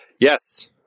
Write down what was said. Yes